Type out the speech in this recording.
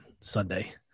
Sunday